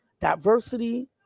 diversity